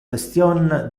question